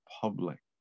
public